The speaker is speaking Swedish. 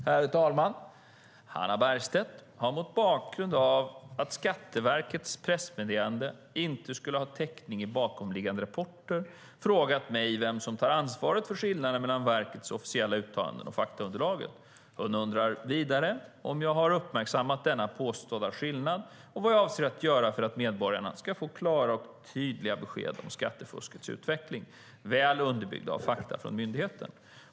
Herr talman! Hannah Bergstedt har mot bakgrund av att Skatteverkets pressmeddelanden inte skulle ha täckning i bakomliggande rapporter frågat mig vem som tar ansvar för skillnader mellan verkets officiella uttalande och faktaunderlaget. Hon undrar vidare om jag har uppmärksammat denna påstådda skillnad och vad jag avser att göra för att medborgarna ska få klara och tydliga besked om skattefuskets utveckling, väl underbyggda av fakta från myndigheten.